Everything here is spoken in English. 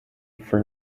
for